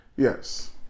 yes